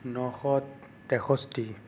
নশ তেষষ্ঠি